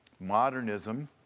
Modernism